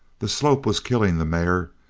the slope was killing the mare.